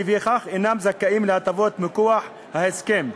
ולפיכך אינם זכאים להטבות מכוח ההסכם,